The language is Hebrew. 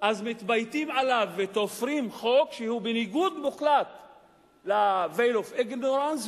אז מתבייתים עליו ותופרים חוק שהוא בניגוד מוחלט ל-veil of ignorance,